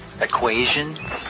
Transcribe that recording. equations